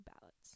ballots